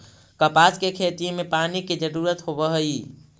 कपास के खेती में पानी के जरूरत होवऽ हई